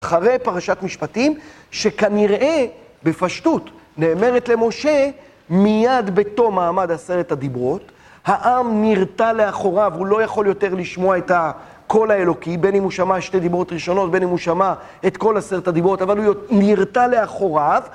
אחרי פרשת משפטים שכנראה בפשטות נאמרת למשה מיד בתום מעמד עשרת הדיברות העם נרתע לאחוריו הוא לא יכול יותר לשמוע את הקול האלוקי בין אם הוא שמע שתי דיברות ראשונות בין אם הוא שמע את כל עשרת הדיברות אבל הוא נרתע לאחוריו